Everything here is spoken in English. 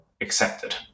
accepted